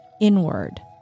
inward